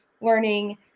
learning